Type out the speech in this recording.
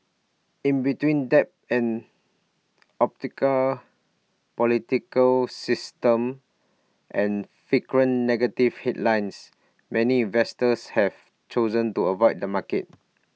in between debt an opaque political system and frequent negative headlines many investors have chosen to avoid the market